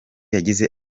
yagize